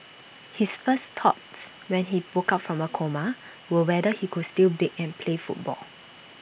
his first thoughts when he woke up from A coma were whether he could still bake and play football